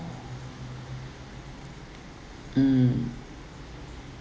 mm